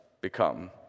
become